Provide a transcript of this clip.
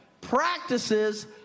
practices